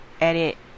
edit